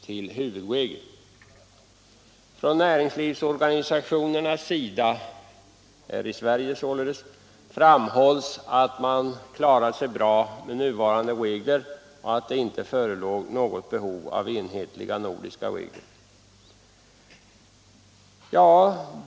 Från de svenska näringslivsorganisationernas sida framhålls att man klarar sig bra med de nuvarande reglerna och att det inte föreligger något behov av enhetliga nordiska regler.